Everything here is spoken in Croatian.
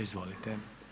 Izvolite.